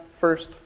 first